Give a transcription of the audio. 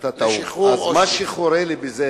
לשחרור אושוויץ.